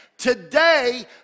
Today